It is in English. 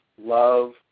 love